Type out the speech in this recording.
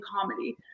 comedy